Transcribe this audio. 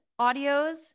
audios